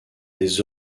des